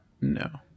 No